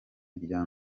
irya